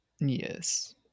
yes